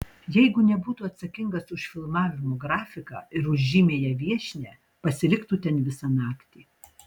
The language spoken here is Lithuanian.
jeigu nebūtų atsakingas už filmavimo grafiką ir už žymiąją viešnią pasiliktų ten visą naktį